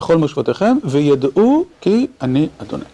בכל מושבותיכם, וידעו כי אני אדוני.